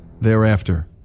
thereafter